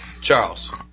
Charles